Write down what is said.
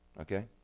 Okay